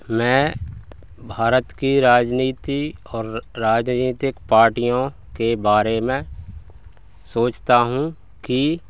मैं भारत कि राजनीति और र राजनीतिक पार्टियों के बारे में सोचता हूँ कि